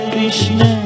Krishna